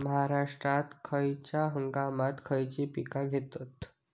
महाराष्ट्रात खयच्या हंगामांत खयची पीका घेतत?